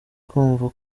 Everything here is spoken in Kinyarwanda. kumva